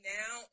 now